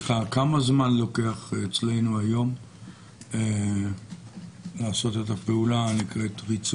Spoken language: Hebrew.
כמה זמן לוקח אצלנו היום לעשות את הפעולה הנקראת ריצוף?